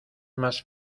más